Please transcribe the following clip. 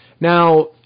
now